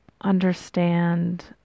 understand